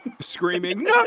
screaming